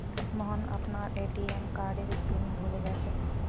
मोहन अपनार ए.टी.एम कार्डेर पिन भूले गेलछेक